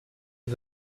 and